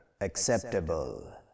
acceptable